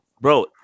Bro